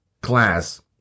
class